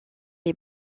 les